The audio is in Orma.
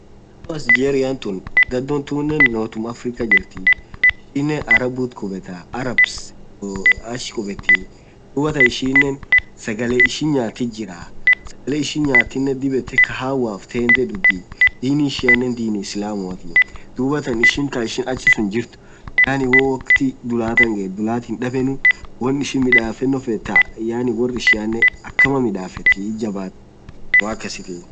dhadho as geriatun dhado tuunen northum Africa jirtiii ishinen arabuuti qubethaaa (Arabs) achh khubethi dhuathan ishinen saghalee ishin nyathiiti jirah saghalee ishin nyathiiti dhib yet kahawaf tendee dhudiii Dini ishianen Dini islamuatii dhuath ishin Kaa achisun jirtuuu yaani woo woktiii dhulaa gethu dhulat hidhabenu won ishin midhafeno fethu thaa yaani worr ishianen akamaa midhafethiii